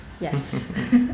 Yes